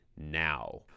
now